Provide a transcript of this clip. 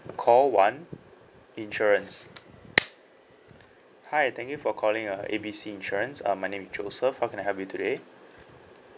call one insurance hi thank you for calling uh A B C insurance uh my name is joseph how can I help you today